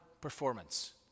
performance